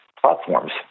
platforms